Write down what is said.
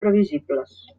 previsibles